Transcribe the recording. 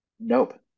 nope